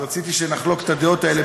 רציתי שנחלוק את הדעות האלה,